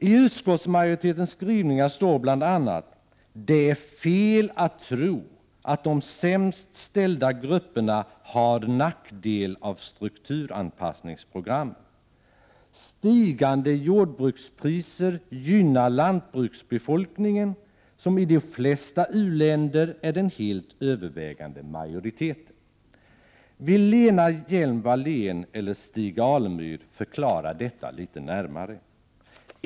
I utskottsmajoritetens skrivning står det bl.a.: ”Det är fel att tro att de sämst ställda grupperna enbart har nackdel av strukturanpassningsprogrammen. Stigande jordbrukspriser gynnar lantbruksbefolkningen som i de flesta u-länder är den helt övervägande majoriteten.” Vill Lena Hjelm-Wallén eller Stig Alemyr förklara detta litet närmare?